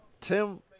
Tim